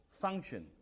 function